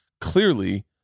clearly